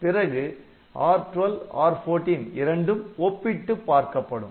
பிறகு R12 R14 இரண்டும் ஒப்பிட்டுப் பார்க்கப்படும்